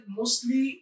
mostly